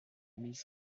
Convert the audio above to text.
miss